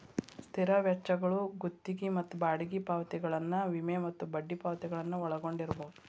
ಸ್ಥಿರ ವೆಚ್ಚಗಳು ಗುತ್ತಿಗಿ ಮತ್ತ ಬಾಡಿಗಿ ಪಾವತಿಗಳನ್ನ ವಿಮೆ ಮತ್ತ ಬಡ್ಡಿ ಪಾವತಿಗಳನ್ನ ಒಳಗೊಂಡಿರ್ಬಹುದು